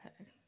Okay